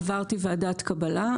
עברתי ועדת קבלה,